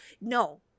No